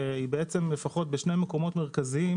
בשני מקומות מרכזיים